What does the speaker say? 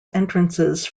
entrances